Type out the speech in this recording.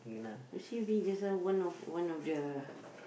just now one of one of the